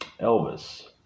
Elvis